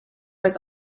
was